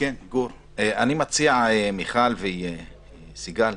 מיכל וסיגל,